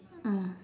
mm